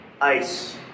Ice